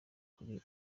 kuri